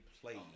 played